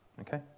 okay